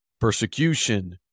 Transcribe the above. persecution